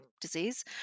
disease